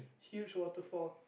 huge waterfall